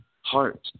heart